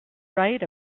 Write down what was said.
right